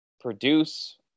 produce